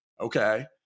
okay